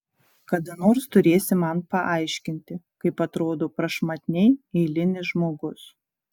kada nors turėsi man paaiškinti kaip atrodo prašmatniai eilinis žmogus